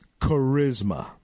Charisma